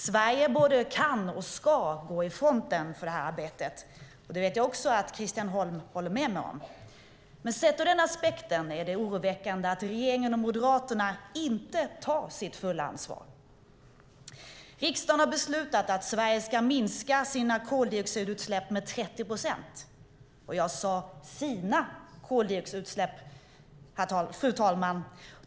Sverige kan och ska gå i fronten för det arbetet; det vet jag att Christian Holm håller med mig om. Sett ur den aspekten är det oroväckande att regeringen och Moderaterna inte tar sitt fulla ansvar. Riksdagen har beslutat att Sverige ska minska sina koldioxidutsläpp med 30 procent; jag sade sina koldioxidutsläpp.